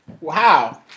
Wow